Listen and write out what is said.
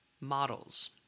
models